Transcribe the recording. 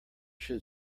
should